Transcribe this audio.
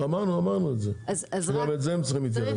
אמרנו שגם לזה הם צריכים להיכנס.